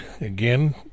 again